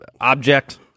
object